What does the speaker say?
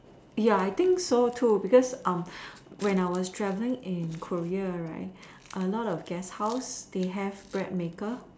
ya I think so too because um when I was traveling in Korea right a lot of guest house they have bread maker